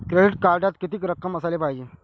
Credit कार्डात कितीक रक्कम असाले पायजे?